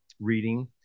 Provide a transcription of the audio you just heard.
reading